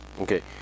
Okay